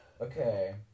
Okay